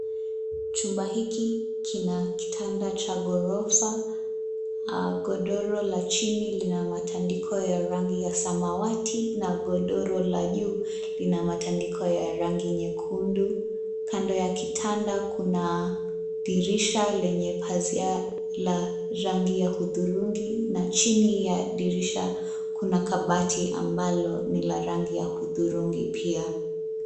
Chumba hiki, kina kitanda cha ghorofa, godoro la chini lina matandiko ya rangi ya samawati na godoro la juu, lina matandiko ya rangi nyekundu, kando ya kitanda kuna, dirisha lenye pazia, la, rangi ya hudhurungi na chini ya dirisha, kuna kabati ambalo ni la rangi ya hudhurungi pia.